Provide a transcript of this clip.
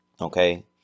okay